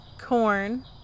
corn